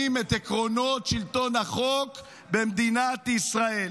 את עקרונות שלטון החוק במדינת ישראל.